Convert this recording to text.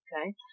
Okay